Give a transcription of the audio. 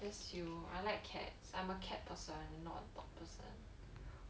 that's you orh I like cats I'm a cat person not a dog person